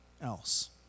else